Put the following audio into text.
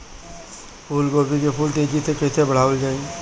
फूल गोभी के फूल तेजी से कइसे बढ़ावल जाई?